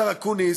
השר אקוניס,